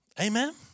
Amen